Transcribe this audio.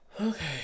Okay